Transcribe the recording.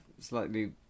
slightly